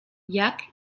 jak